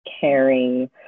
caring